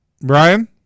Brian